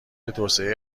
توسعه